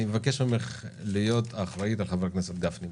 אני מבקש ממך להיות אחראית על חבר הכנסת גפני.